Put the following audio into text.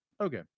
Okay